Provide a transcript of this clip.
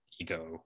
ego